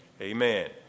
amen